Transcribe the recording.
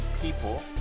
people